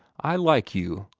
i like you.